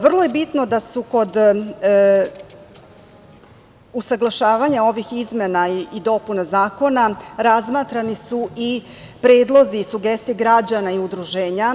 Vrlo je bitno da su kod usaglašavanja ovih izmena i dopuna zakona razmatrani i predlozi i sugestije građana i udruženja.